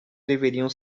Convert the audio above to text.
deveriam